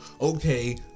okay